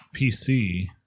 PC